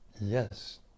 Yes